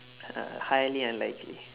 uh highly unlikely